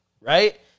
right